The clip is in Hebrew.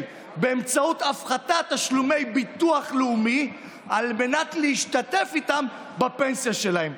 באמצעות הפחתת תשלומי ביטוח לאומי על מנת להשתתף איתם בפנסיה שלהם.